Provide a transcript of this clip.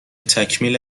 تکمیل